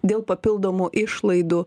dėl papildomų išlaidų